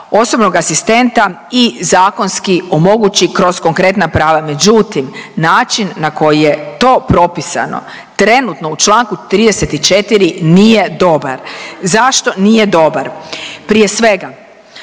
osobnog asistenta i zakonski omogući kroz konkretna prava. Međutim, način na koji je to propisano trenutno u Članku 34. nije dobar. Zašto nije dobar? Prije svega